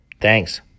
Thanks